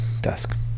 desk